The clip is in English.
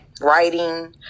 writing